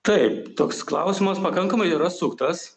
taip toks klausimas pakankamai yra suktas